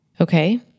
Okay